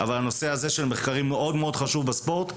אבל הנושא הזה של מחקרים מאוד מאוד חשוב בספורט.